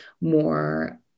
more